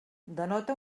denota